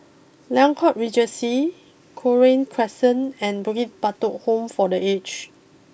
Liang court Regency Cochrane Crescent and Bukit Batok Home for the Aged